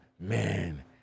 man